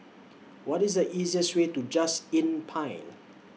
What IS The easiest Way to Just Inn Pine